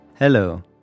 Hello